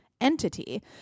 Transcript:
entity